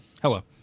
Hello